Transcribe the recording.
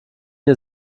ihr